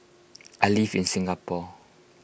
I live in Singapore